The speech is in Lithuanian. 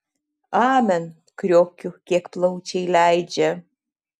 amen kriokiu kiek plaučiai leidžia